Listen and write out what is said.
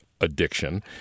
addiction